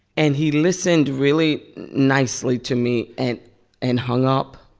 and he listened really nicely to me and and hung up.